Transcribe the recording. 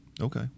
Okay